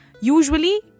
Usually